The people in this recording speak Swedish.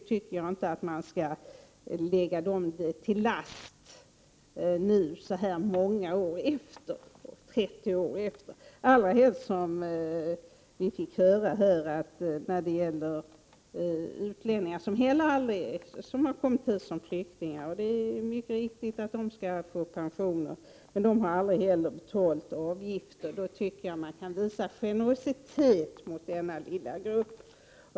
Det tycker jag inte att man skall lägga dem till last så här 30 år efteråt, allra helst som vi här fick höra att utlänningar som har kommit hit som flyktingar och som inte heller har betalat avgifter till ATP skall få pensioner, och det är också riktigt. Då tycker jag man kan visa generositet också mot denna lilla grupp.